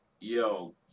yo